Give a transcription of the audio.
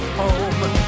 home